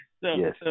Yes